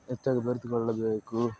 ಹೆಚ್ಚಾಗಿ ಬೆರೆತುಕೊಳ್ಳಬೇಕು